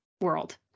world